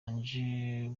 ange